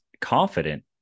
confident